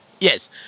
Yes